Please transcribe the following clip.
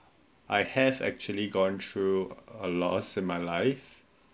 I have actually gone through a loss in my life